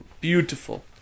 beautiful